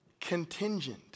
contingent